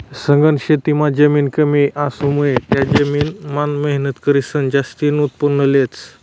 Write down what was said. सघन शेतीमां जमीन कमी असामुये त्या जमीन मान मेहनत करीसन जास्तीन उत्पन्न लेतस